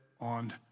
on